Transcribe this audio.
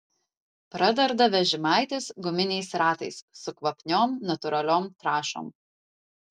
pradarda vežimaitis guminiais ratais su kvapniom natūraliom trąšom